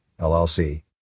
LLC